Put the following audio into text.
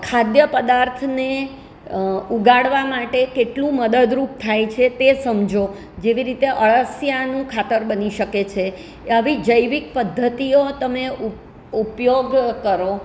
ખાદ્ય પદાર્થને ઉગાડવા માટે કેટલું મદદરૂપ થાય છે તે સમજો જેવી અળસીયાનું ખાતર બની શકે છે આવી જૈવિક પદ્ધતિઓ તમે ઉપ ઉપયોગ કરો